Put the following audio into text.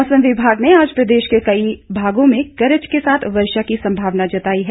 मौसम विभाग ने आज प्रदेश के कई भागों में गरज के साथ वर्षा की संभावना जताई है